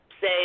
say